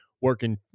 working